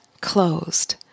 closed